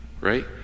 right